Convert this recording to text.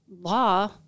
law